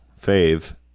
fave